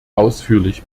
ausführlich